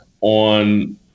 on